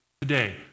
today